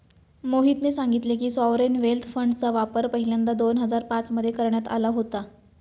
मोहितने सांगितले की, सॉवरेन वेल्थ फंडचा वापर पहिल्यांदा दोन हजार पाच मध्ये करण्यात आला होता